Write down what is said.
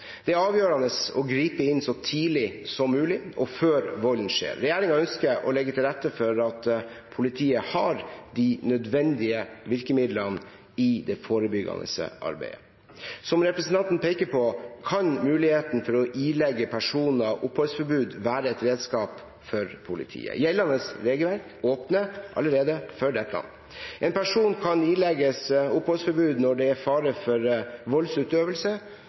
Det er avgjørende å gripe inn så tidlig som mulig, og før volden skjer. Regjeringen ønsker å legge til rette for at politiet har de nødvendige virkemidlene i det forebyggende arbeidet. Som representanten peker på, kan muligheten for å ilegge personer oppholdsforbud være et redskap for politiet. Gjeldende regelverk åpner allerede for dette. En person kan ilegges oppholdsforbud når det er fare for voldsutøvelse